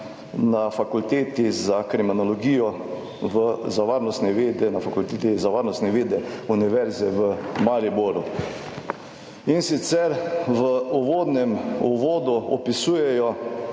na Fakulteti za kriminologijo, za varnostne vede, na Fakulteti za varnostne vede Univerze v Mariboru. In sicer, v uvodnem uvodu opisujejo,